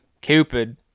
Cupid